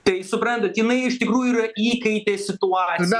tai suprantat jinai iš tikrųjų yra įkaitė situacijos